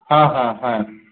ହଁ ହଁ ହଁ